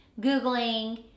Googling